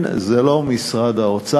כן, זה לא משרד האוצר,